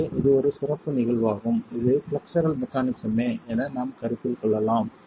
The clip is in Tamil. எனவே இது ஒரு சிறப்பு நிகழ்வாகும் இது பிளக்ஸர் மெக்கானிஸம்மே என நாம் கருத்தில் கொள்ளலாம்